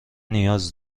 نیاز